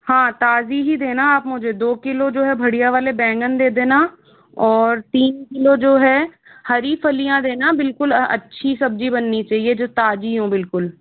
हाँ ताज़ी ही देना आप मुझे दो किलो जो है बढ़िया वाले बैंगन दे देना और तीन किलो जो है हरी फलियाँ देना बिल्कुल अच्छी सब्ज़ी बननी चाहिए जो ताज़ी हो बिल्कुल